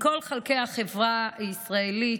מכל חלקי החברה הישראלית,